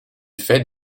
fait